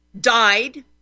died